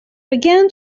began